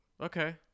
Okay